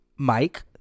Mike